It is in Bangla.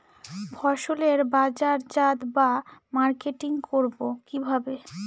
ফসলের বাজারজাত বা মার্কেটিং করব কিভাবে?